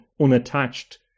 unattached